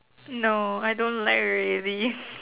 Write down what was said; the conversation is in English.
no I don't like already